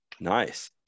Nice